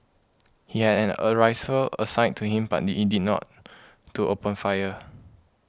he had had a assigned to him but need he did not to open fire